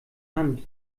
hand